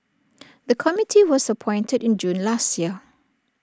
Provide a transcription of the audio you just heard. the committee was appointed in June last year